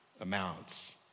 amounts